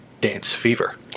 dancefever